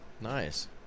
nice